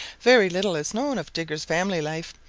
very little is known of digger's family life,